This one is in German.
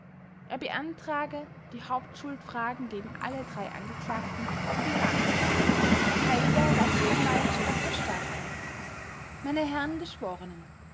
er beantrage die hauptschuldfragen gegen alle drei angeklagten zu bejahen verteidiger rechtsanwalt dr starker meine herren geschworenen